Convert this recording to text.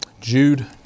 Jude